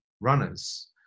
runners